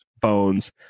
Bones